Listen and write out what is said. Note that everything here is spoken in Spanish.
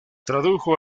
tradujo